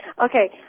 Okay